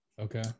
Okay